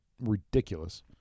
ridiculous